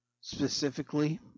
specifically